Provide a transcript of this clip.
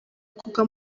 kuko